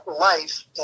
life